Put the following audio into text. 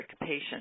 patient